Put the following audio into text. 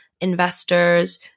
investors